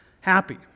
Happy